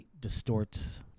distorts